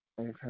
Okay